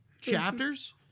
chapters